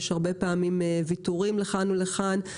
יש הרבה פעמים ויתורים לכאן ולכאן,